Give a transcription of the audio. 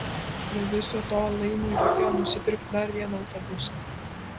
be viso to laimiui reikėjo nusipirkit dar vieną autobusą